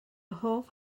hoff